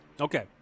Okay